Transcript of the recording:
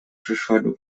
przyszłego